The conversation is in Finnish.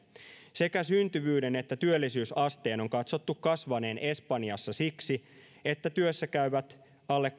sekä syntyvyyden että työllisyysasteen on katsottu kasvaneen espanjassa siksi että työssäkäyvät alle